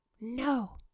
No